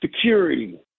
security